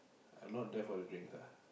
I not there for the drinks ah